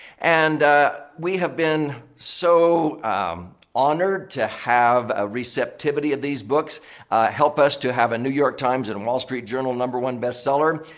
and we have been so honored to have a receptivity of these books help us to have a new york times and wall street journal number one bestseller.